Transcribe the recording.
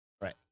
Right